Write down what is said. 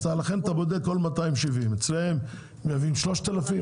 למעשה אתה בודק כל 270. אם הם מייבאים 3,000,